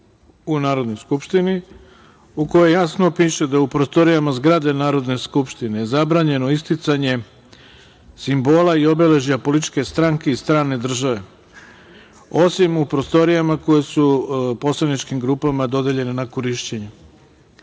u Narodnoj skupštini u kojoj jasno piše da u prostorijama zgrade Narodne skupštine je zabranjeno isticanje simbola i obeležja političke stranke i strane države osim u prostorijama koje su poslaničkim grupama dodeljene na korišćenje. Ne